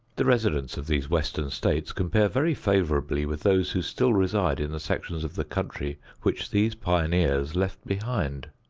the residents of these western states compare very favorably with those who still reside in the sections of the country which these pioneers left behind.